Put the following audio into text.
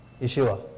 Yeshua